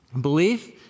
Belief